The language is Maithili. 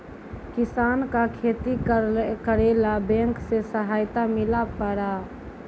किसान का खेती करेला बैंक से सहायता मिला पारा?